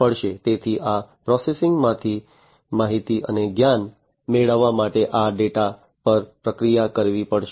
તેથી આ પ્રોસેસિંગમાંથી માહિતી અને જ્ઞાન મેળવવા માટે આ ડેટા પર પ્રક્રિયા કરવી પડશે